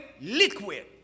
liquid